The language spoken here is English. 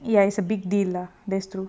ya it's a big deal lah that's true